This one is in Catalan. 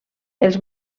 els